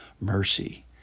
mercy